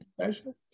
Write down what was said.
special